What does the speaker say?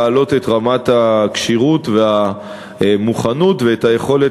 יש להעלות את רמת הכשירות והמוכנות ואת היכולת